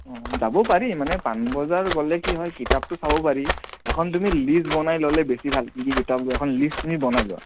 অঁ যাব পাৰি মানে পানবজাৰ গ'লে কি হয় কিতাপতো চাব পাৰি এখন তুমি লিষ্ট বনাই ল'লে বেছি ভাল কি কি কিতাপ ল'বা এখন লিষ্ট তুমি বনাই লোৱা